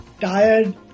tired